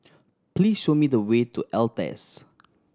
please show me the way to Altez